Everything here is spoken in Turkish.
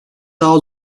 daha